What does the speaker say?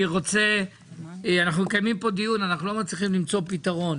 אנחנו מקיימים פה דיון ואנחנו לא מצליחים למצוא פתרון.